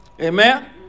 Amen